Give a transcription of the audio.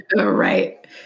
Right